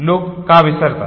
लोक का विसरतात